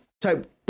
Type